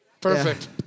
Perfect